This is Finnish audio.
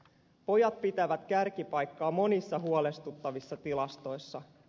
pojat pitävät kärkipaikkaa monissa huolestuttavissa tilastoissa